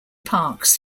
parks